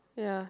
yeah